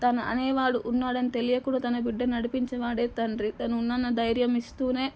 తన అనేవాడు ఉన్నాడని తెలియకూడదనే బిడ్డ నడిపించే వాడే తండ్రి తను ఉన్నన్న ధైర్యం ఇస్తూనే